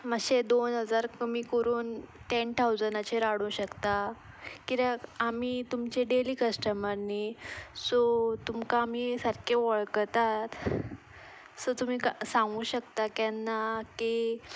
मातशे दोन हजार कमी करून टेन ठावजणाचेर हाडूं शकता किद्याक आमी तुमचे डेली कस्टमर न्ही सो तुमकां आमी सारके वळखता सो तुमी सांगूं शकता केन्ना की